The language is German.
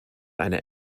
eine